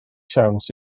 siawns